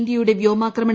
ഇന്ത്യയുടെ വ്യോമാക്രമണം